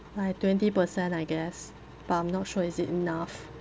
like twenty percent I guess but I'm not sure is it enough